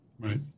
right